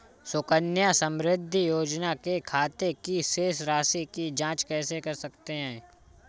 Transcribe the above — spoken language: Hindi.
सुकन्या समृद्धि योजना के खाते की शेष राशि की जाँच कैसे कर सकते हैं?